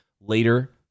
later